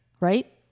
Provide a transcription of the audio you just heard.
right